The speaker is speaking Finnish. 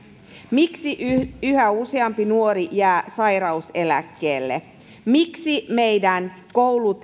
miksi yhä useampi nuori jää sairauseläkkeelle miksi meidän koulumme